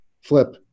flip